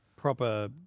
Proper